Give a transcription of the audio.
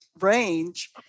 range